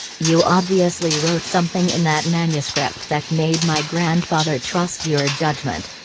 you obviously wrote something in that manuscript that made my grandfather trust your judgment.